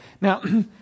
Now